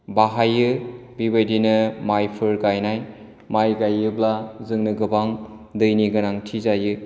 बाहायो बेबायदिनो मायफोर गायनाय माय गायोब्ला जोंनो गोबां दैनि गोनांथि जायो